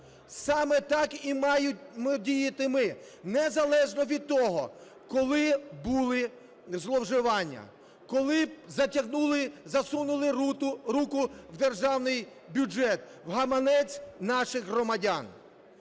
Саме так і маємо діяти ми, незалежно від того, коли були зловживання, коли затягнули, засунули руку в державний бюджет, в гаманець наших громадян.